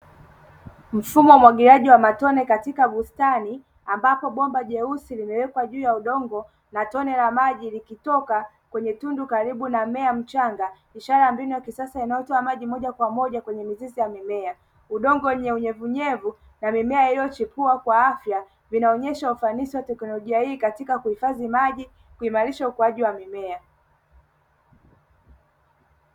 Mfumo wa umwagiliaji wa matone katika bustani ambapo bomba jeusi limewekwa juu ya udongo, na tone la maji likitoka kwenye tundu karibu na mmea mchanga; ishara ya mbinu ya kisasa inayotoa maji moja kwa moja kwenye mizizi ya mimea. Udongo wenye unyevunyevu na mimea yaliyochipua kwa afya, vinaonyesha ufanisi wa teknolojia hii katika kuhifadhi maji kuimarisha ukuaji wa mimea.